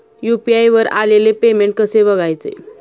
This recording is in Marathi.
यु.पी.आय वर आलेले पेमेंट कसे बघायचे?